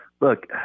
Look